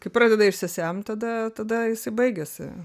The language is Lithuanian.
kai pradeda išsisemt tada tada jisai baigiasi